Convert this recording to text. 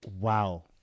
Wow